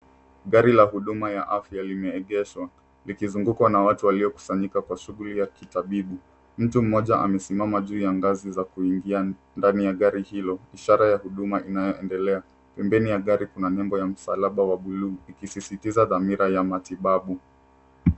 Gari la huduma ya afya limeegeshwa likizungukwa na watu waliokusanyika kwa shughuli ya kitabibu. Mtu mmoja amesimama juu ya ngazi za kuingia ndani ya gari hilo, ishara ya huduma inayoendelea. Pembeni ya gari kuna nembo ya msalaba wa bluu ikisisitiza dhamira ya matibabu.